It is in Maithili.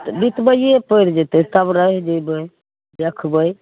तऽ बितबैए पड़ि जएतै तब रहि जएबै देखबै